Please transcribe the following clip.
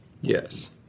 Yes